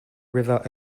river